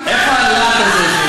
איפה הלהט הזה?